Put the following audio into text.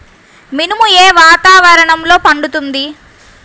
మినుము ఏ వాతావరణంలో పండుతుంది?